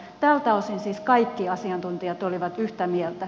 tältä osin siis kaikki asiantuntijat olivat yhtä mieltä